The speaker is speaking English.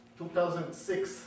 2006